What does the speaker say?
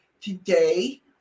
today